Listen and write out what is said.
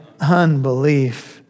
unbelief